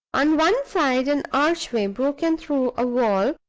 on one side, an archway, broken through, a wall,